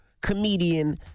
comedian